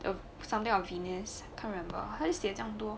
um some day of genius I cant remember 还有写这样多